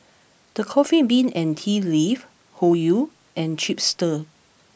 The Coffee Bean and Tea Leaf Hoyu and Chipster